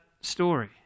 story